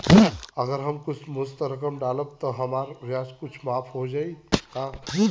अगर हम एक मुस्त राशी डालब त हमार ब्याज कुछ माफ हो जायी का?